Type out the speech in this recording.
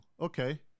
okay